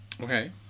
Okay